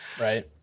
right